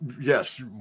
yes